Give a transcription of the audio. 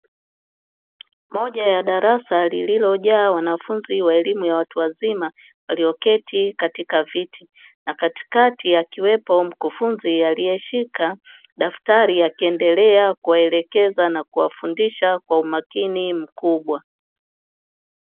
Moja ya darasa liliojaa wanafunzi wa elimu ya watu wazima walioketi katika viti. Na katikati akiwepo mkufunzi alieshika daftari akiendelea kuwaelekeza na kuwafundisha kwa umakini kubwa.